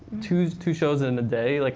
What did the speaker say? two two shows in a day? like